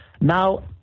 Now